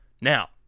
Now